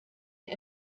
sie